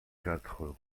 quatre